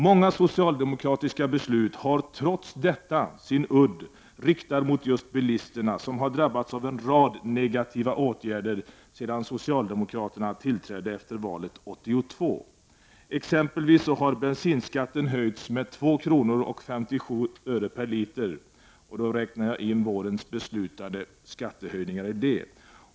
Många socialdemokratiska beslut har trots detta sin udd riktad mot just bilisterna, som har drabbats av en rad negativa åtgärder sedan socialdemokraterna tillträdde efter valet 1982. Bensinskatten har exempelvis höjts med 2 kr. 57 öre per liter; jag räknar då in vårens beslutade skattehöjningar.